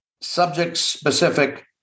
subject-specific